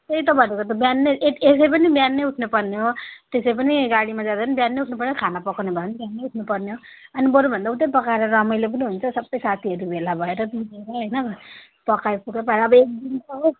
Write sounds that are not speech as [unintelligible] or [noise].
त्यही त भनेको त बिहानै एट एसै पनि बिहानै उठ्नुपर्ने हो त्यसै पनि गाडीमा जाँदा नि बिहानै उठ्नुपर्छ खाना पकाउने भए नि बिहानै उठ्नु पर्ने हो अनि बरुभन्दा उतै पकाएर रमाइलो पनि हुन्छ सबै साथीहरू भेला भएर पिकनिकमा होइन पकाइ [unintelligible] पार्यो अब एकदिन त हो